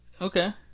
Okay